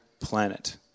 planet